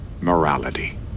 morality